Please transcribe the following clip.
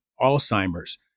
Alzheimer's